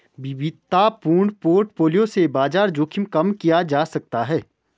विविधतापूर्ण पोर्टफोलियो से बाजार जोखिम कम किया जा सकता है